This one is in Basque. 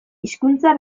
hizkuntza